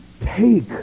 take